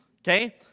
okay